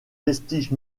vestiges